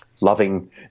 loving